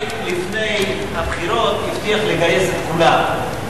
לפני הבחירות הבטיח לגייס את כולם.